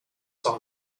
saw